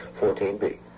14B